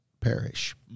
perish